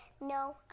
No